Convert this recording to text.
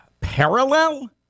parallel